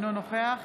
אינו נוכח